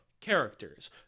characters